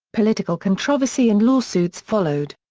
political controversy and lawsuits followed.